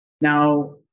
Now